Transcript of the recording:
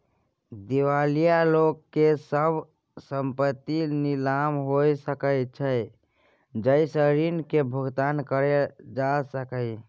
दिवालिया लोक के सब संपइत नीलाम हो सकइ छइ जइ से ऋण के भुगतान करल जा सकइ